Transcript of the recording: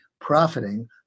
profiting